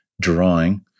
drawing